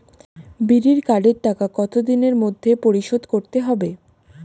বিড়ির কার্ডের টাকা কত দিনের মধ্যে পরিশোধ করতে হবে?